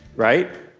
right?